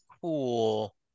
cool